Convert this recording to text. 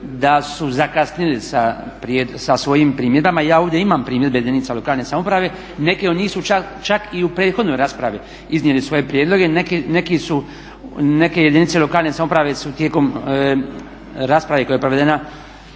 da su zakasnili sa svojim primjedbama i i ja ovdje imam primjedbe jedinica lokalne samouprave i neke od njih su čak i u prethodnoj raspravi iznijeli svoje prijedloge, neke jedinice lokalne samouprave su tijekom rasprave koja je provedena